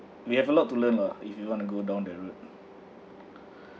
we have a lot to learn lah if you want to go down that road